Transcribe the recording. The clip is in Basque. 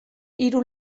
hiru